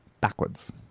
backwards